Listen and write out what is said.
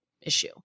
issue